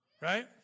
right